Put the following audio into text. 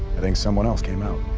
i think someone else came out